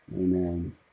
Amen